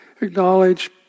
acknowledge